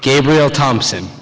gabriel thompson